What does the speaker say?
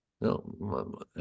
No